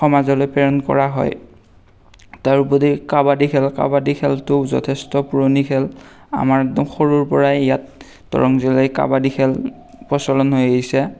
সমাজলৈ প্ৰেৰণ কৰা হয় তাৰোপৰি কাবাডী খেল কাবাডী খেলটোও যথেষ্ট পুৰণি খেল আমাৰ একদম সৰুৰে পৰাই ইয়াত দৰং জিলাত কাবাডী খেল প্ৰচলন হৈ আহিছে